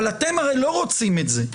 אבל אתם לא רוצים זאת.